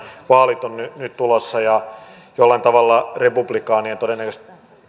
vaalit ovat nyt nyt tulossa ja jollain tavalla republikaanien